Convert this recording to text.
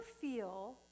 feel